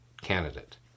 candidate